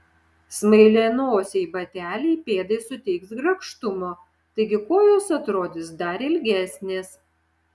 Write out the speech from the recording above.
smailianosiai bateliai pėdai suteiks grakštumo taigi kojos atrodys dar ilgesnės